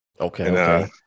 Okay